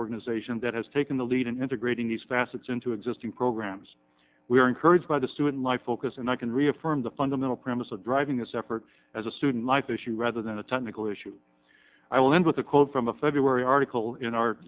organization that has taken the lead in integrating these facets into existing programs we are encouraged by the student life focus and i can reaffirm the fundamental premise of driving this effort as a student life issue rather than a technical issue i will end with a quote from a february article in our